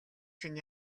чинь